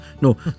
No